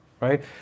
right